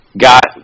got